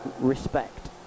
Respect